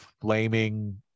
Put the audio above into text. flaming